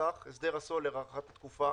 הנוסח הסדר הסולר, הארכת התקופה,